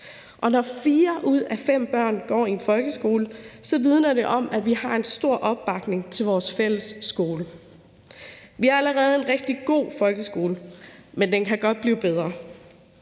Når fire ud af fem børn går i en folkeskole, vidner det om, at vi har en stor opbakning til vores fælles skole. Vi har allerede en rigtig god folkeskole, men den kan godt blive bedre.